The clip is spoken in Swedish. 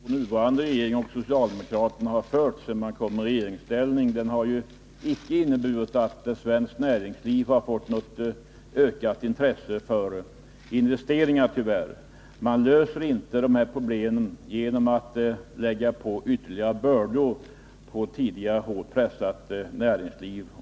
Herr talman! Den politik som socialdemokraterna har fört sedan de kom i regeringsställning har tyvärr icke inneburit att svenskt näringsliv har fått något ökat intresse för investeringar. Man löser inte de här problemen genom att lägga på ytterligare bördor på företagen i ett tidigare hårt pressat näringsliv.